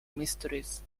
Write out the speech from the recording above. mysteries